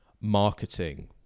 marketing